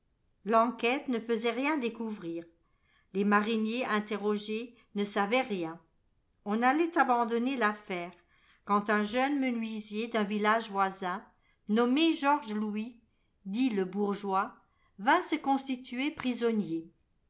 l'enquête ne faisait rien découvrir les mariniers interrogés ne savaient rien on allait abandonner l'affaire quand un jeune menuisier d'un village voisin nommé georges louis dit le bourgeois vint se constituer prisonnier